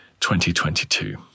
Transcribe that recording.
2022